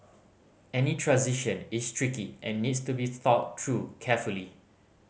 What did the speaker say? any transition is tricky and needs to be thought through carefully